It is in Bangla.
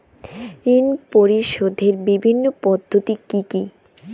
ঋণ পরিশোধের বিভিন্ন পদ্ধতি কি কি?